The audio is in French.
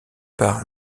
par